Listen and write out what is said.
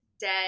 dead